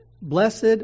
blessed